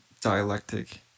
dialectic